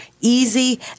easy